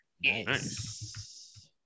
Yes